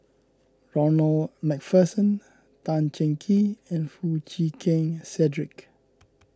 Ronald MacPherson Tan Cheng Kee and Foo Chee Keng Cedric